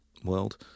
World